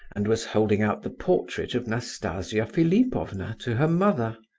and was holding out the portrait of nastasia philipovna to her mother.